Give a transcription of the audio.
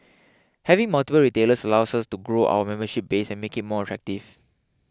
having multiple retailers allows us to grow our membership base and make it more attractive